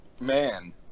Man